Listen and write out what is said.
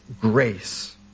grace